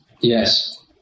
Yes